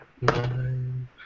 nine